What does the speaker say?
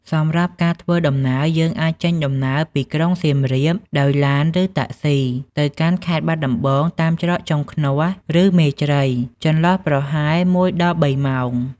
សម្រាប់ការធ្វើដំណើរយើងអាចចេញដំណើរពីក្រុងសៀមរាបដោយឡានឬតាក់ស៊ីទៅកាន់ខេត្តបាត់ដំបងតាមច្រកចុងឃ្នាសឬ មេជ្រៃចន្លោះប្រហែល១ដល់៣ម៉ោង។